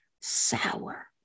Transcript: sour